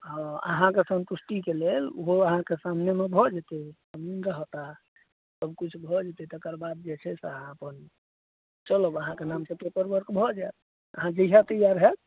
हँ अहाँके सन्तुष्टिके लेल ओहो अहाँके सामनेमे भऽ जेतय अमीन रहता सब किछु भऽ जेतय तकर बाद जे छै से अहाँ अपन चलब अहाँके नामसँ पेपर वर्क भऽ जायत अहाँ जहिया तैयार होयब